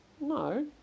no